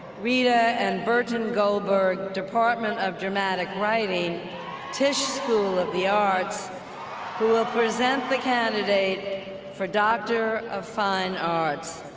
rita and burton goldberg department of dramatic writing tisch school of the arts who will present the candidate for doctor of fine arts.